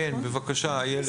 כן, בבקשה איילת.